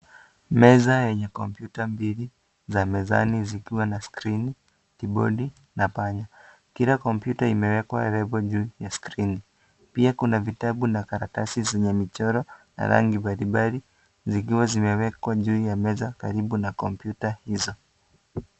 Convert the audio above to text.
Meza yenye kompyuta mbili za mezani zikiwa na skrini, kibodi na panya. Kila kompyuta imewekwa Lebo juu ya skrini. Pia kuna vitabu na karatasi zenye michoro za rangi mbalimbali zikiwa zimewekwa juu ya meza karibu na kompyuta hizo.